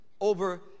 over